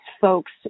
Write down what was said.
folks